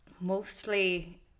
mostly